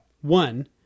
One